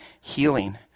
healing